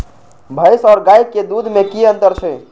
भैस और गाय के दूध में कि अंतर छै?